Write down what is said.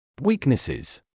Weaknesses